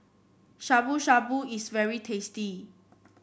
Shabu Shabu is very tasty